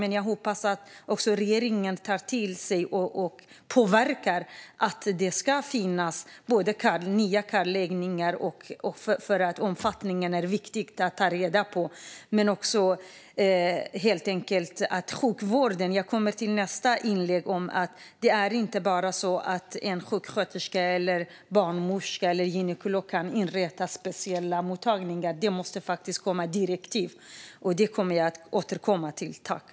Men jag hoppas att regeringen också tar till sig och verkar för att det ska finnas nya kartläggningar. Det är viktigt att ta reda på omfattningen. I mitt nästa inlägg ska komma jag till sjukvården. Det handlar inte bara om att en sjuksköterska, barnmorska eller gynekolog kan inrätta speciella mottagningar. Det måste komma direktiv. Jag kommer att återkomma till det.